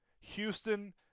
Houston